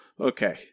Okay